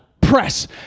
press